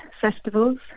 festivals